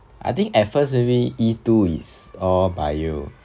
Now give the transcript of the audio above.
I think at first maybe e two is all bio